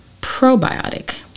probiotic